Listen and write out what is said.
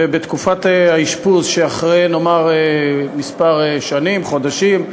ובתקופת האשפוז, אחרי נאמר כמה שנים, חודשים,